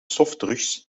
softdrugs